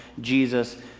Jesus